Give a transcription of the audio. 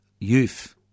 youth